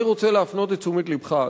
אני רוצה להפנות את תשומת לבך,